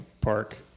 park